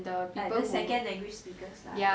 the second language speakers lah